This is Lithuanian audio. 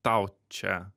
tau čia